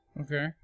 Okay